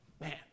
Man